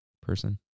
person